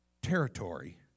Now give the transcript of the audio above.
Territory